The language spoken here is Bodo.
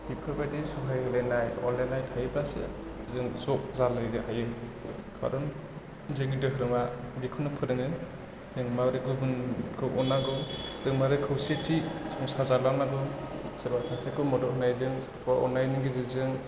बेफोर बायदि सहाय होलायनाय अनलायनाय थायोब्लासो जों सुग जालायनो हायो खारन जोंनि धोरोमा बेखौनो फोरमायदों जेनबा गुबुनखौ अननांगौ जों मारै खौसेथि संसार जालांनांगौ सोरबा सासेखौ मदद होनायजों सोरखौबा अन्नायनि गेजेरजों